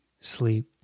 sleep